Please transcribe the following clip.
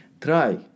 try